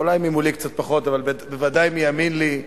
אולי ממולי קצת פחות אבל ודאי מימין לי,